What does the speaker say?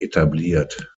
etabliert